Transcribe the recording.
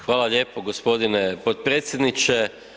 Hvala lijepo g. potpredsjedniče.